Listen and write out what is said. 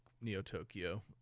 Neo-Tokyo